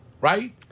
right